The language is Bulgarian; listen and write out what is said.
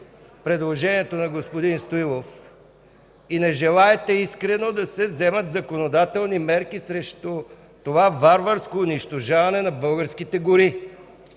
предложението на господин Стоилов и не желаете искрено да се вземат законодателни мерки срещу това варварско унищожаване на българските гори.